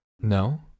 No